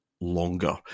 longer